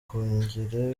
kongere